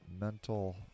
mental